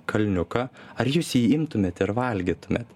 kalniuką ar jūs jį imtumėt ir valgytumėt